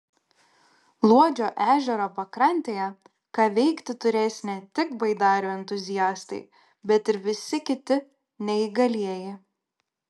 luodžio ežero pakrantėje ką veikti turės ne tik baidarių entuziastai bet ir visi kiti neįgalieji